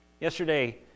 Yesterday